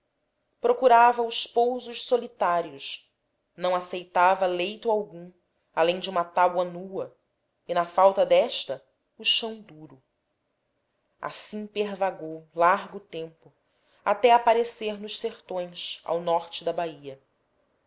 procurava aos poucos solitários não aceitava leito algum além de uma tábua nua e na falta desta o chão duro assim pervagou largo tempo até aparecer nos sertões ao norte da bahia